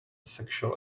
sexual